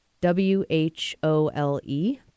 W-H-O-L-E